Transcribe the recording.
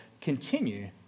continue